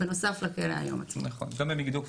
בנוסף למגידו.